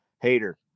Hater